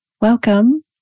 Welcome